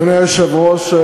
אדוני היושב-ראש,